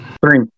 Three